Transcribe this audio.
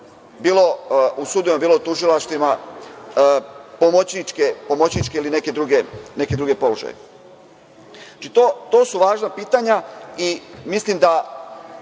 bilo u sudovima, bilo u tužilaštvima, pomoćničke ili neke druge položaje. Znači, to su važna pitanja i mislim da